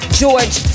george